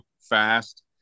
fast